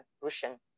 Russian